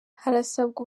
harasabwa